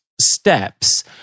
steps